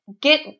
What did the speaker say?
get